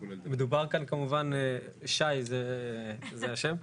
שי, זה השם.